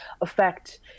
affect